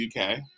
UK